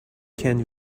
can